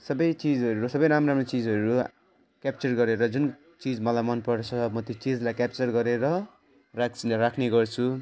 सबै चिजहरू सबै राम्रो राम्रो चिजहरू क्याप्चर गरेर जुन चिज मलाई मनपर्छ म त्यो चिजलाई क्याप्चर गरेर राज् राख्ने गर्छु